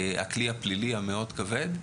את הכלי הפלילי המאוד כבד,